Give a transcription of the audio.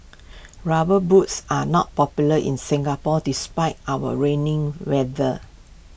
rubber boots are not popular in Singapore despite our raining weather